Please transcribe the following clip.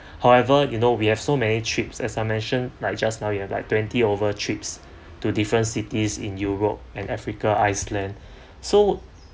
however you know we have so many trips as I mention like just now you have like twenty over trips to different cities in europe and africa iceland so